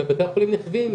בתי החולים נחווים,